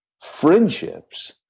friendships